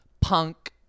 punk